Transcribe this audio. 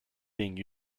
being